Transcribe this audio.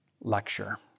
lecture